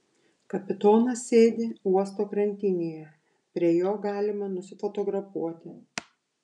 kapitonas sėdi uosto krantinėje prie jo galima nusifotografuoti